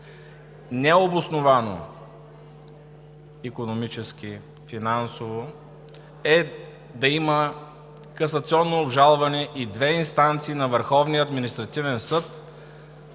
Необосновано икономически, финансово е да има касационно обжалване и две инстанции на